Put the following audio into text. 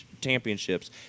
championships